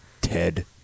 Ted